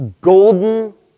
golden